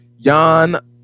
Jan